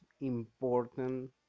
important